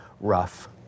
rough